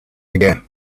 again